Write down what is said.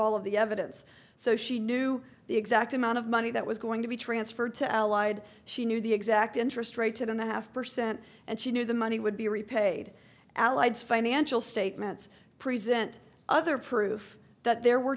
all of the evidence so she knew the exact amount of money that was going to be transferred to allied she knew the exact interest rate and a half percent and she knew the money would be repaid allied financial statements present other proof that there were